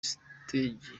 stage